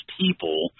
people